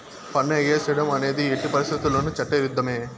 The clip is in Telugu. పన్ను ఎగేసేడం అనేది ఎట్టి పరిత్తితుల్లోనూ చట్ట ఇరుద్ధమే